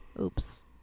oops